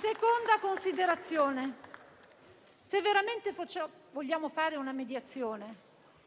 Seconda considerazione: se veramente vogliamo fare una mediazione